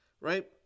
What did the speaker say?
right